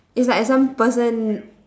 it's like some person